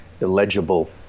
illegible